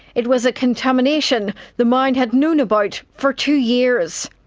it was a contamination the mine had known about for two years.